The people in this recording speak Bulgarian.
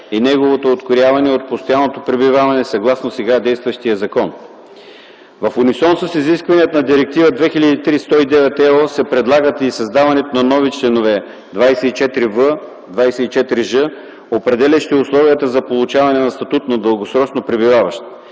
и неговото открояване от постоянното пребиваване, съгласно сега действащия закон. В унисон с изискванията на Директива 2003/109/ЕО се предлага и създаването на нови членове 24в-24ж, определящи условията за получаване на статут на дългосрочно пребиваващ.